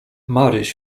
maryś